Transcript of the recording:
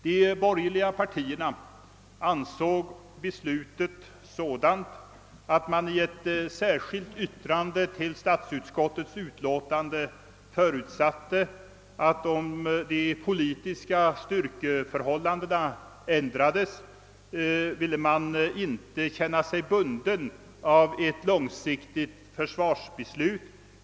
De borgerliga partierna ansåg beslutet sådant att de i ett särskilt yttrande till statsutskottets utlåtande förutsatte att man, om de politiska styrkeförhållandena ändrades, inte ville känna sig bunden av ett långsiktigt försvarsbeslut.